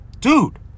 dude